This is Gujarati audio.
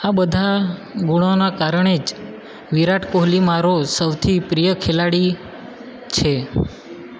આ બધાં ગુણોના કારણે જ વિરાટ કોહલી મારો સૌથી પ્રિય ખેલાડી છે